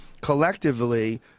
collectively